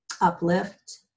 uplift